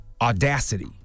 audacity